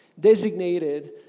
Designated